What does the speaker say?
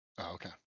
Okay